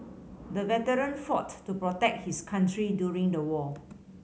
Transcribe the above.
the veteran fought to protect his country during the war